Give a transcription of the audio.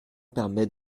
permet